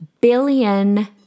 billion